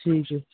ਠੀਕ ਹੈ ਜੀ